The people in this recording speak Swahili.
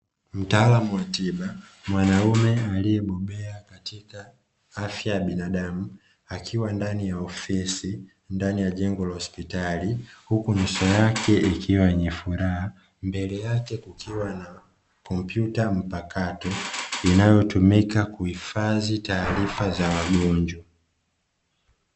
Mtaalamu wa tiba mwanaume aliyebobea katika afya ya binadamu; akiwa ndani ya ofisi ndani ya jengo la hospitali huku nyuso yake ikiwa na furaha, mbele yake kukiwa na kompyuta mpakato inayotumika kuhifadhi taarifa za wagonjwa.